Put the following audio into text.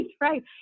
right